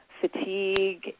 fatigue